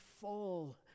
fall